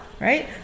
right